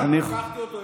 לקחתי אותו,